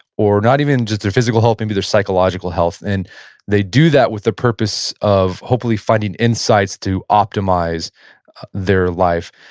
or not even just their physical health, maybe their psychological health, and they do that with the purpose of hopefully finding insights to optimize their life.